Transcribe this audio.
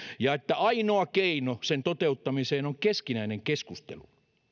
että ainoa keino sen toteuttamiseen on keskinäinen keskustelu